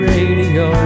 Radio